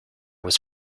was